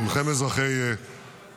אין שום בעיה,